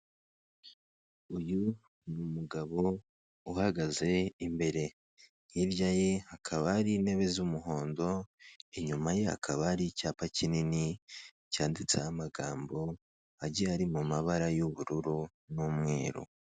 Uyu ni umugabo uhagaze imbere, hirya ye hakaba hari intebe z'umuhondo, inyuma ye hakaba hari icyapa kinini cyanditseho amagambo agiye ari mu mabara y'ubururu n'umweru.